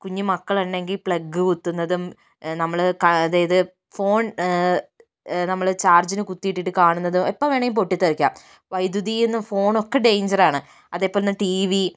കുഞ്ഞു മക്കളുണ്ടെങ്കിൽ പ്ലഗ് കുത്തുന്നതും നമ്മള് അതായത് ഫോൺ നമ്മള് ചാർജിനു കുത്തിയിട്ട് കാണുന്നതും എപ്പോൾ വേണമെങ്കിലും പൊട്ടിത്തെറിക്കാം വൈദ്യുതി എന്ന് ഫോണൊക്കെ ഡെയിഞ്ചർ ആണ് അതേ പോലെ തന്നെ ടീവി